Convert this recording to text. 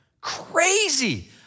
Crazy